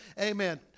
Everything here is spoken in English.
Amen